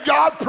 God